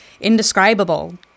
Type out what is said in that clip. indescribable